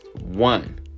One